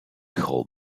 whole